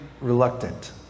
reluctant